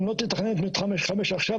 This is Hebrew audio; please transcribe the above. אם לא תתכנן את מתחם 5 עכשיו,